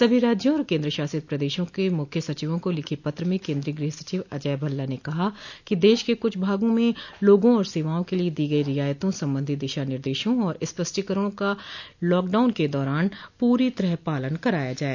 सभी राज्यों और केन्द्र शासित प्रदेशा के मुख्य सचिवों को लिखे पत्र में केन्द्रीय गृह सचिव अजय भल्ला ने कहा है कि देश के कुछ भागों में लागों और सेवाओं के लिए दी गई रियायतों संबंधो दिशा निर्देशों आर स्पष्टीकरणों का लॉकडाउन के दौरान पूरी तरह पालन कराया जाये